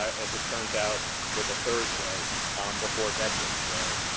as it turns out, was a thursday before veterans day.